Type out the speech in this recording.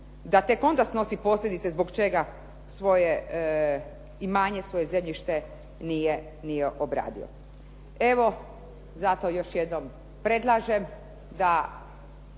da tek onda snosi posljedice zbog čega svoje imanje, svoje zemljište nije obradio. Evo, zato još jednom predlažem da